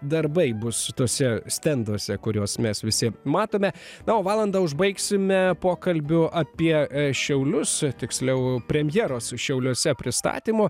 darbai bus tuose stenduose kuriuos mes visi matome na o valandą užbaigsime pokalbiu apie šiaulius tiksliau premjero su šiauliuose pristatymu